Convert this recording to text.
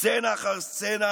סצנה אחר סצנה